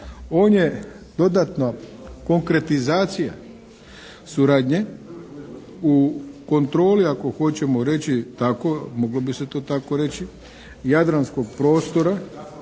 On je dodatna konkretizacija suradnje u kontroli ako hoćemo reći tako, moglo bi se to tako reći, jadranskog prostora